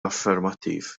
affermattiv